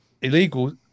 illegal